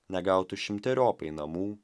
negautų šimteriopai namų